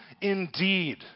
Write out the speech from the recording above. indeed